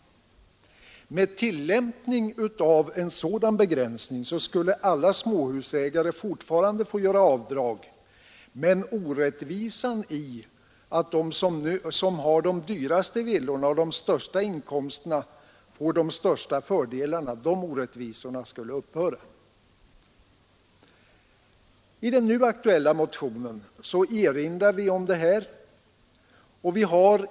Med tillämpning av en sådan begränsning skulle alla småhusägare fortfarande få göra avdrag, men orättvisan i att de som har de dyraste villorna och de största inkomsterna får de största fördelarna skulle upphöra. I den nu aktuella motionen erinrar vi om detta.